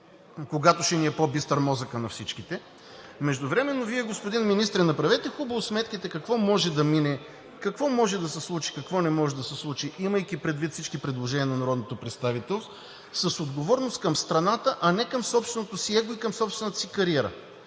ни ще е по-бистър мозъкът. Междувременно, господин Министър, направете сметките какво може да мине, какво може да се случи, какво не може да се случи, имайки предвид всички предложения на народното представителство, с отговорност към страната, а не към собственото си его и към собствената си кариера.